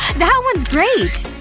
that one's great!